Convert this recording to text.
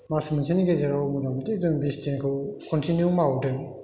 मास मोनसेनि गेजेराव मथा मथि जों बिसदिनखौ कन्टिनिउ मावदों